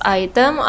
item